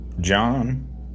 John